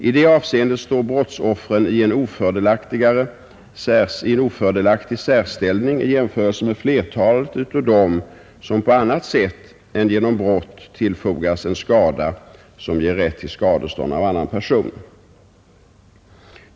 I det avseendet står brottsoffren i en ofördelaktig särställning i jämförelse med flertalet av dem som på annat sätt än genom brott tillfogas en skada som ger rätt till skadestånd av annan person.